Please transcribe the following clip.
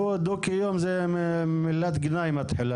דו קיום היא מתחילה להיות מילת גנאי.